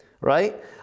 right